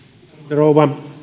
rouva